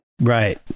right